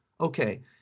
okay